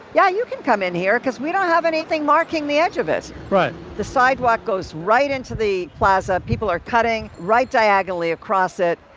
yeah, you can come in here because we don't have anything marking the edge of it. right. the sidewalk goes right into the plaza. people are cutting right diagonally across it.